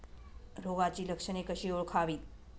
रोगाची लक्षणे कशी ओळखावीत?